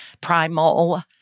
primal